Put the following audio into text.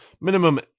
Minimum